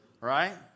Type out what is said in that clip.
right